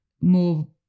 more